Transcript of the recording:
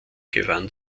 gewann